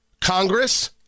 Congress